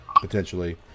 potentially